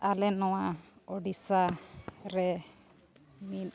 ᱟᱞᱮ ᱱᱚᱣᱟ ᱳᱰᱤᱥᱟ ᱨᱮ ᱢᱤᱫ